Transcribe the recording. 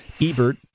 Ebert